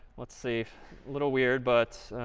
let's see, a little weird but,